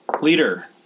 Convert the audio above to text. Leader